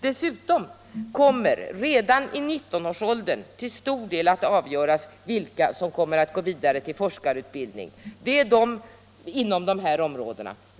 Dessutom kommer det redan i 19-årsåldern till stor del att avgöras vilka som kommer att gå vidare till forskarutbildning inom dessa områden.